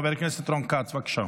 חבר הכנסת רון כץ, בבקשה.